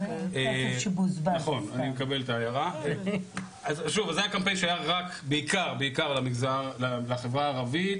זה קמפיין שהיה בעיקר לחברה הערבית,